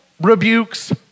rebukes